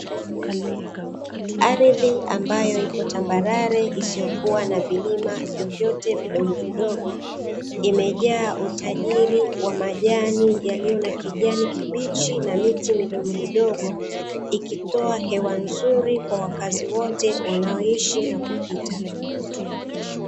Ardhi ambayo ipo tambarare isiyokuwa na vilima vyovyote vidogovidogo, imejaa utajiri wa majani yaliyo na kijani kibichi na miti midogomidogo, Ikitoa hewa nzuri kwa wakazi wote wanaoishi na kupita.